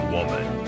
Woman